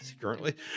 currently